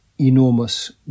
enormous